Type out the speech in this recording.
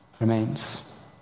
remains